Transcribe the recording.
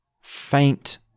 faint